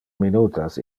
minutas